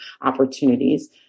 opportunities